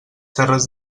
terres